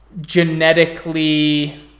genetically